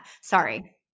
sorry